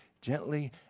Gently